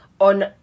on